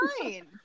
fine